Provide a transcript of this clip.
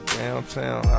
downtown